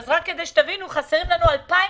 אז רק כדי שתבינו: חסרים לנו 2,700